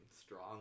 strong